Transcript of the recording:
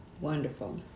Wonderful